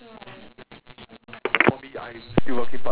tai-seng yellow line right then